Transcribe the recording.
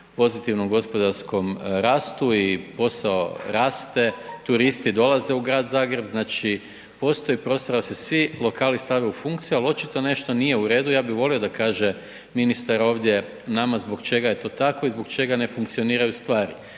pozitivnom gospodarskom rastu i posao raste, turisti dolaze u grad Zagreb, znači postoji prostor da se svi lokali stave u funkciju, ali očito nešto nije u redu, ja bih volio da kaže ministar ovdje nama zbog čega je to tako i zbog čega ne funkcioniraju stvari.